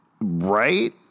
Right